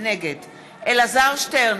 אלעזר שטרן,